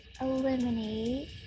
eliminate